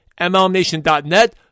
MLNation.net